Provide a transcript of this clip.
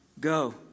Go